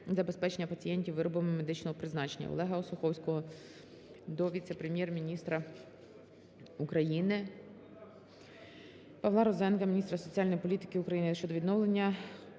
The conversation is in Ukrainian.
забезпечення пацієнтів виробами медичного призначення. Олега Осуховського до Віце-прем'єр-міністра України Павла Розенка, міністра соціальної політики України щодо відновлення